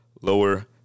lower